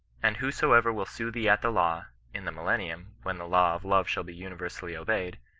and whosoever will sue thee at the law in the millennium, when the law of love shall be universally obeyed,